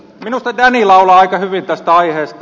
minusta danny laulaa aika hyvin tästä aiheesta